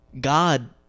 God